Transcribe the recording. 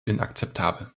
inakzeptabel